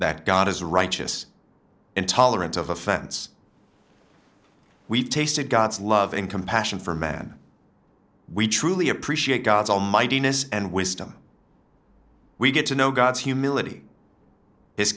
that god is righteous and tolerant of offense we tasted god's love and compassion for man we truly appreciate god's almighty miss and wisdom we get to know god's humility his